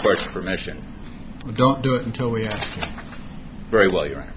court's permission but don't do it until we have very well you're